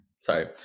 sorry